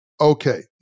Okay